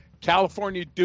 California